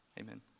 Amen